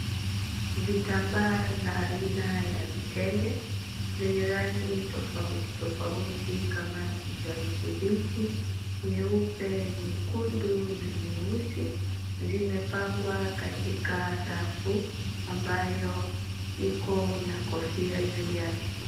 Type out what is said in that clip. Vitambaa za aina ya vitenge, zenye rangi tofauti tofauti kama kijani kibichi, nyeupe, nyekundu na nyeusi zimepangwa katika rafu ambayo iko na kofia juu yake.